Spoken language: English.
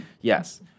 Yes